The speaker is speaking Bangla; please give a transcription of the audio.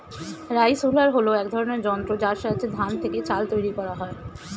রাইস হুলার হল এক ধরনের যন্ত্র যার সাহায্যে ধান থেকে চাল তৈরি করা হয়